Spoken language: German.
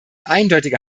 eindeutige